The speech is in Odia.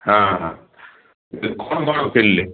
ହଁ ହଁ କ'ଣ କ'ଣ କିଣିଲେ